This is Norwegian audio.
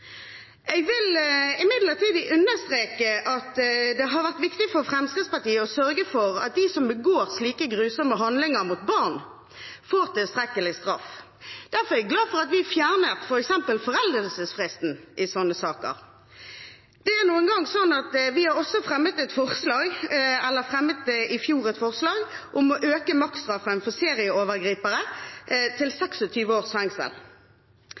Jeg vil imidlertid understreke at det har vært viktig for Fremskrittspartiet å sørge for at de som begår slike grusomme handlinger mot barn, får tilstrekkelig straff. Derfor er jeg glad for at vi f.eks. fjernet foreldelsesfristen i sånne saker. Det er nå engang sånn at vi i fjor fremmet et forslag om å øke maksstraffen for serieovergripere til